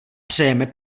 přejeme